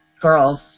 girls